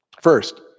First